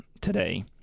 today